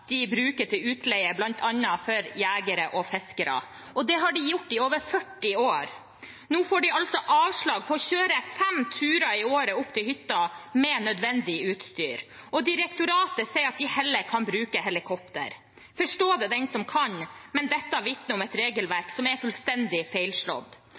de bruker til utleie, bl.a. for jegere og fiskere. Det har de gjort i over 40 år. Nå får de altså avslag på å kjøre fem turer i året opp til hytta med nødvendig utstyr. Direktoratet sier at de heller kan bruke helikopter. Forstå det den som kan! Dette vitner om et